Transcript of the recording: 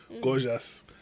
Gorgeous